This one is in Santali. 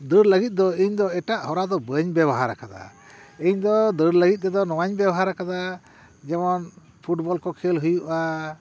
ᱫᱟᱹᱲ ᱞᱟᱹᱜᱤᱫ ᱫᱚ ᱤᱧ ᱫᱚ ᱮᱴᱟᱜ ᱦᱚᱨᱟ ᱫᱚ ᱵᱟᱹᱧ ᱵᱮᱣᱦᱟᱨ ᱟᱠᱟᱫᱟ ᱤᱧ ᱫᱟ ᱫᱟᱹᱲ ᱞᱟᱹᱜᱤᱫ ᱛᱮᱫᱚ ᱱᱚᱣᱟᱧ ᱵᱮᱣᱦᱟᱨ ᱟᱠᱟᱫᱟ ᱡᱮᱢᱚᱱ ᱯᱷᱩᱴᱵᱚᱞ ᱠᱚ ᱠᱷᱮᱞ ᱦᱩᱭᱩᱜᱼᱟ